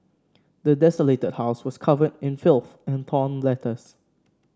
the desolated house was covered in filth and torn letters